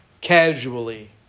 casually